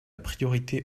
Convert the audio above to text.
priorité